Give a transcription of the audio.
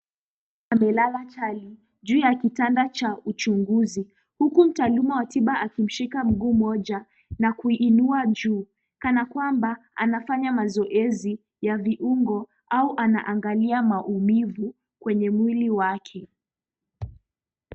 Amelala chali juu ya kitanda cha uchunguzi, huku mtaaluma wa tiba akimshika mguu moja na kuiinua juu, kana kwamba anafanya mazoezi ya viungo au anaangalia maumivu kwenye mwili wake.